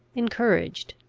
encouraged,